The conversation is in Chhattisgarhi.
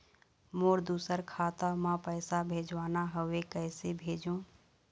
मोर दुसर खाता मा पैसा भेजवाना हवे, कइसे भेजों?